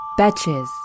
betches